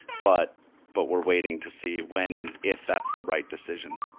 but but we're waiting to see when and if that's the right decision.